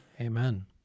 Amen